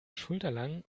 schulterlang